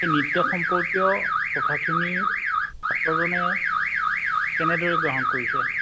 এই নৃত্য সম্পৰ্কীয় কথাখিনি ছাত্ৰজনে কেনেদৰে গ্ৰহণ কৰিছে